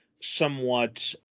somewhat